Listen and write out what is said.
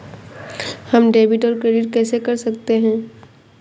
हम डेबिटऔर क्रेडिट कैसे कर सकते हैं?